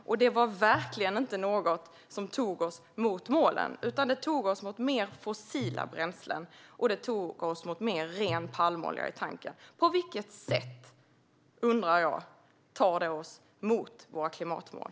Det var verkligen inget som tog oss mot målen, utan det förde oss mot mer fossila bränslen och mot mer palmolja i tanken. Jag undrar hur detta för oss mot våra klimatmål.